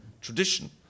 tradition